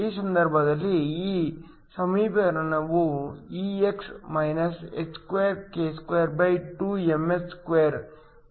ಈ ಸಂದರ್ಭದಲ್ಲಿ ಈ ಸಮೀಕರಣವು ಗೆ ಸರಳಗೊಳಿಸುತ್ತದೆ